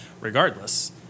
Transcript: regardless